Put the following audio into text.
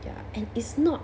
ya and it's not